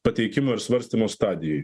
pateikimo ir svarstymo stadijoj